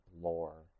lore